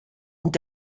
und